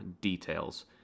details